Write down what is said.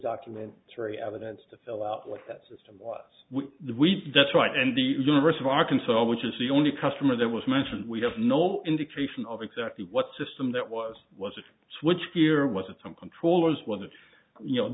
documentary evidence to fill out what that system was the we that's right and the universe of arkansas which is the only customer that was mentioned we have no indication of exactly what system that was was it switchgear was it some controllers whether you know